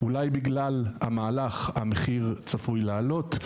אולי בגלל המהלך המחיר צפוי לעלות?